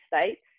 States